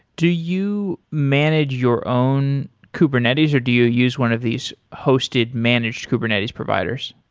do you manage your own kubernetes, or do you use one of these hosted managed kubernetes providers?